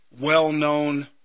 well-known